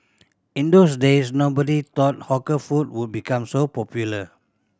in those days nobody thought hawker food would become so popular